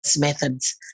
methods